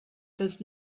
does